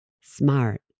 smart